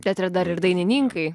teatre dar ir dainininkai